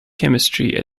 chemistry